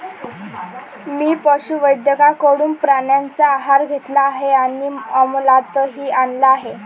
मी पशुवैद्यकाकडून प्राण्यांचा आहार घेतला आहे आणि अमलातही आणला आहे